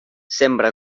sembra